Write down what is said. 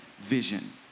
vision